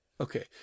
Okay